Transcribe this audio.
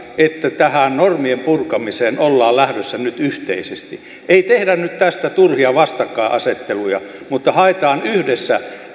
että tähän normien purkamiseen ollaan lähdössä nyt yhteisesti ei tehdä nyt tästä turhia vastakkainasetteluja mutta haetaan yhdessä